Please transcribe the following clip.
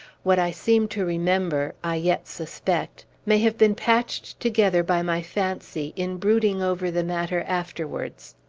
what i seem to remember, i yet suspect, may have been patched together by my fancy, in brooding over the matter afterwards.